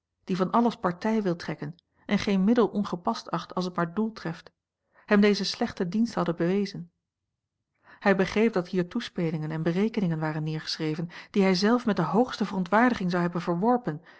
die van alles partij wil trekken en geen middel ongepast acht als het maar doel treft hem dezen slechten dienst hadden bewezen hij begreep dat hier toespelingen en berekeningen waren neergeschreven die hij zelf met de hoogste verontwaardiging zou hebben verworpen